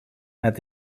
met